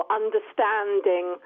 understanding